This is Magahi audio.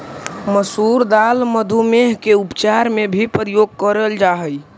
मसूर दाल मधुमेह के उपचार में भी प्रयोग करेल जा हई